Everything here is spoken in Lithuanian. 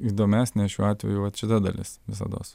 įdomesnė šiuo atveju vat šita dalis visados